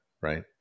right